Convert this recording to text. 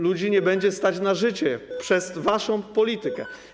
Ludzi nie będzie stać na życie przez waszą politykę.